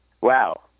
Wow